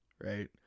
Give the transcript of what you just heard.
right